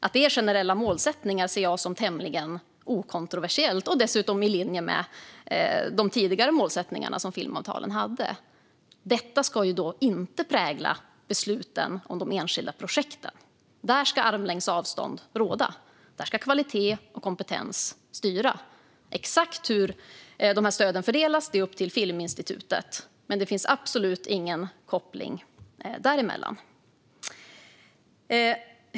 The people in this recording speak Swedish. Att det är generella målsättningar ser jag som tämligen okontroversiellt och dessutom i linje med de tidigare målsättningar som filmavtalen hade. Detta ska dock inte prägla besluten om enskilda projekt. Det vet Jonas Andersson, hoppas jag. Där ska armlängds avstånd råda. Där ska kvalitet och kompetens styra. Exakt hur stöden fördelas är upp till Filminstitutet. Men det finns absolut ingen koppling däremellan.